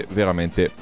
veramente